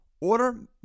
Order